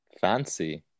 fancy